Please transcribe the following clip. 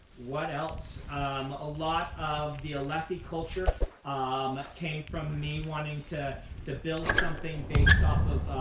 what else a lot of the alethi culture um came from me wanting to to build something based off of